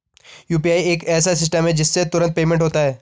UPI एक ऐसा system है जिससे तुरंत पेमेंट होता है